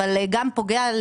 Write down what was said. אבל גם פוגע,